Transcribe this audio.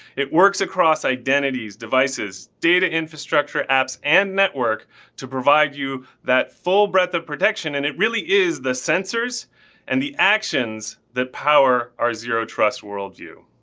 it works across identities, devices data infrastructure apps and network to provide you that full but of protection and it really is the sensors and the actions that power our zero trust world view.